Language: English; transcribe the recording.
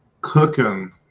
cooking